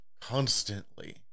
constantly